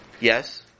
Yes